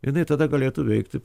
jinai tada galėtų veikti